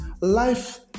life